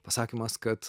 pasakymas kad